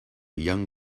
young